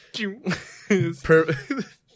Perfect